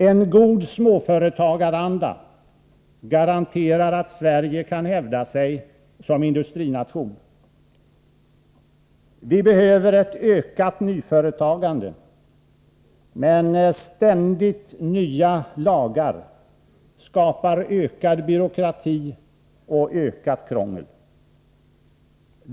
En god småföretagaranda garanterar att Sverige kan hävda sig som industrination. Vi behöver ett ökat nyföretagande, men ständigt nya lagar skapar ökad byråkrati och ökat krångel.